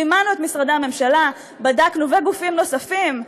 זימנו את משרדי הממשלה וגופים נוספים,